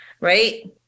right